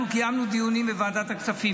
אנחנו קיימנו דיונים בוועדת הכספים,